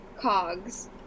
cogs